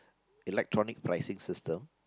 electronic pricing system